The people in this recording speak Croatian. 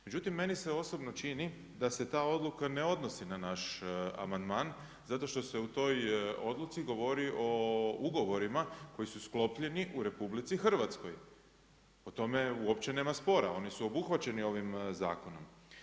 Međutim meni se osobno čini da se ta odluka ne odnosi na naš amandman zato što se u toj odluci govori o ugovorima koji su sklopljeni u RH, o tome uopće nema sporan, oni su obuhvaćeni ovim zakonom.